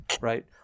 right